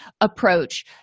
approach